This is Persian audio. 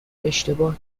اشتباه